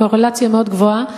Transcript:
קורלציה מאוד גבוהה,